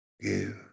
give